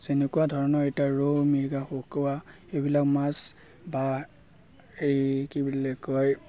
যেনেকুৱা ধৰণৰ এতিয়া ৰৌ মিৰিকা ভকুৱা সেইবিলাক মাছ বা এই কি বুলি কয়